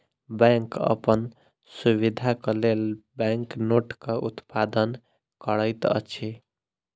bank अपन सुविधाक लेल बैंक नोटक उत्पादन करैत अछि